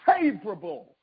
favorable